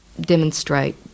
demonstrate